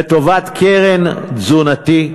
לטובת קרן תזונתית.